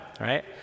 right